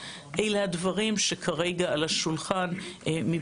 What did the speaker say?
בדרך כלל היחס בין גברים ונשים סביב השולחן הוא 50-50,